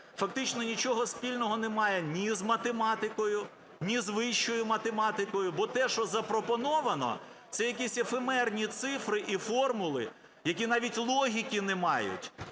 фактично нічого спільного не має ні з математикою, ні з вищою математикою, бо те, що запропоновано, це якісь ефемерні цифри і формули, які навіть логіки не мають.